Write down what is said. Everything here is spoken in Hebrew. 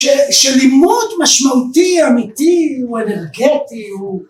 שלימוד משמעותי אמיתי הוא אנרגטי, הוא...